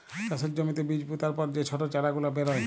চাষের জ্যমিতে বীজ পুতার পর যে ছট চারা গুলা বেরয়